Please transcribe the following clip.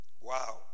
Wow